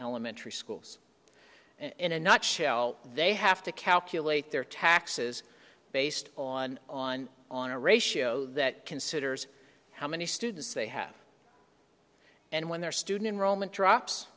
elementary schools in a nutshell they have to calculate their taxes based on on on a ratio that considers how many students they have and when their student in roman drops